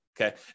Okay